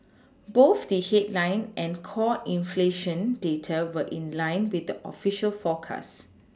both the headline and core inflation data were in line with the official forecast